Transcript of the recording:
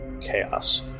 chaos